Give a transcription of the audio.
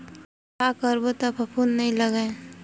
का करबो त फफूंद नहीं लगय?